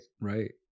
right